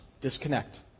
Disconnect